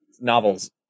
novels